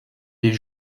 des